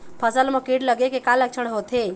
फसल म कीट लगे के का लक्षण होथे?